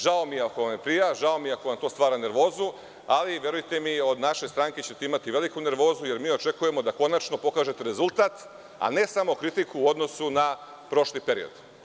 Žao mi je ako vam ne prija, žao mi je ako vam to stvara nervozu, ali verujte mi, od naše stranke ćete imati veliku nervozu, jer mi očekujemo da konačno pokažete rezultat, a ne samo kritiku u odnosu na prošli period.